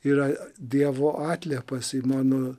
yra dievo atliepas į mano